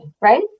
right